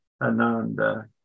Ananda